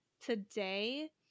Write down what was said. today